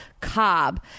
Cobb